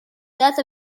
death